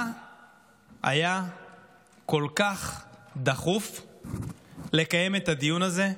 מה היה כל כך דחוף לקיים את הדיון הזה,